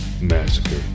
massacre